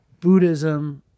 buddhism